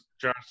Josh